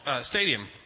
Stadium